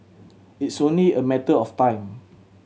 it's only a matter of time